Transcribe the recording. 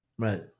Right